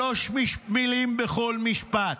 שלוש מילים בכל משפט: